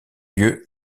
lieu